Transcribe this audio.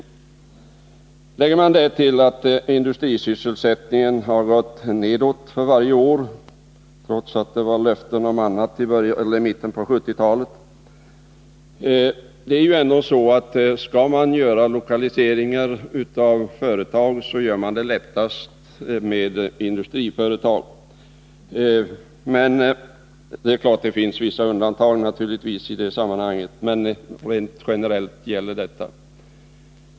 Till detta kan läggas att industrisysselsättningen har gått ned för varje år, trots att annat utlovades i mitten av 1970-talet. Skall man lokalisera företag sker detta lättast med industriföretag. Det är klart att det finns vissa undantag, men rent generellt gäller detta.